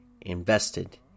invested